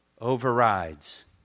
overrides